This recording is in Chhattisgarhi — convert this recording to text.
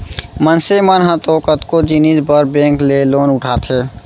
मनसे मन ह तो कतको जिनिस बर बेंक ले लोन उठाथे